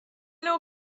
نوع